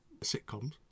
sitcoms